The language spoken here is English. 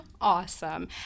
Awesome